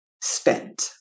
spent